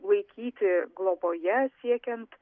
laikyti globoje siekiant